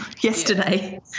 yesterday